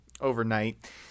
overnight